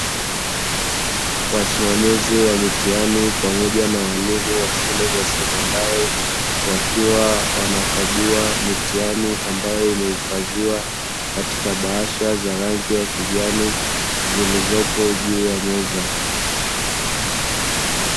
Wasimamizi wa mitihani pamoja na walimu wa shule za sekondari wakiwa wanakagua mitihani ambayo imehifadhiwa katika bahasha za rangi ya kijani zilizopo juu ya meza.